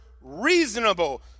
reasonable